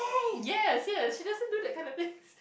yes yes she doesn't do that kind of thing